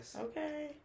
Okay